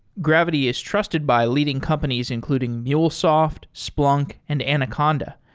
gravity is trusted by leading companies, including mulesoft, splunk and anaconda.